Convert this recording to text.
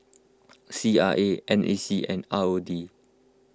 C R A N A C and R O D